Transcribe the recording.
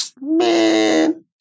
man